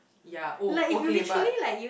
ya oh okay but